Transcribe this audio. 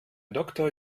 doktor